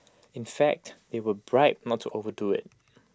in fact they were bribed not to overdo IT